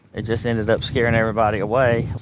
it just ended up scaring everybody away,